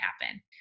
happen